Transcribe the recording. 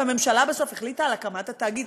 והממשלה בסוף החליטה על הקמת התאגיד.